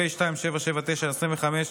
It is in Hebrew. פ/2779/25,